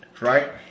right